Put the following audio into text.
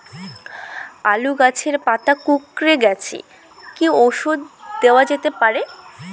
আলু গাছের পাতা কুকরে গেছে কি ঔষধ দেওয়া যেতে পারে?